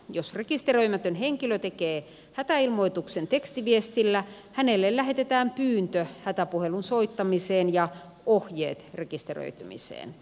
jos rekisteröimätön henkilö tekee hätäilmoituksen tekstiviestillä hänelle lähetetään pyyntö hätäpuhelun soittamiseen ja ohjeet rekisteröitymiseen